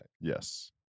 Yes